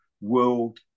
world